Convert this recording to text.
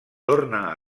torna